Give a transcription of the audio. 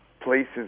places